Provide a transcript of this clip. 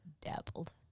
Dabbled